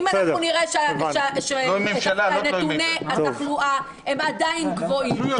אם נראה שנתוני התחלואה עדיין גבוהים,